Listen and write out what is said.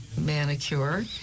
manicure